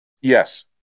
Yes